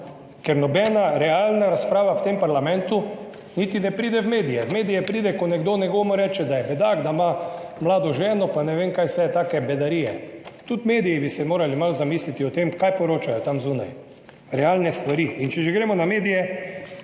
ker nobena realna razprava v tem parlamentu niti ne pride v medije. V medije pride, ko nekdo nekomu reče, da je bedak, da ima mlado ženo in ne vem kaj vse, take bedarije. Tudi mediji bi se morali malo zamisliti nad tem, kaj poročajo tam zunaj, realne stvari. In če že gremo na medije,